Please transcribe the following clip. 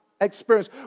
experience